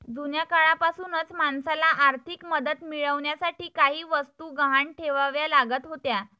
जुन्या काळापासूनच माणसाला आर्थिक मदत मिळवण्यासाठी काही वस्तू गहाण ठेवाव्या लागत होत्या